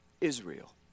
Israel